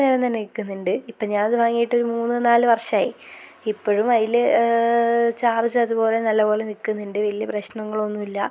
കുറെ നേരം തന്നെ നിൽക്കുന്നുണ്ട് ഇപ്പോൾ ഞാനത് വാങ്ങിയിട്ട് മൂന്ന് നാല് വർഷമായി ഇപ്പോഴും അതിൽ ചാർജ് അതുപോലെ നല്ല പോലെ നിൽക്കുന്നുണ്ട് വലിയ പ്രശ്നങ്ങളൊന്നും ഇല്ല